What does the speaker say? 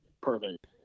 Perfect